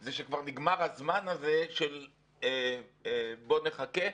זה שכבר נגמר הזמן הזה של בוא נחכה.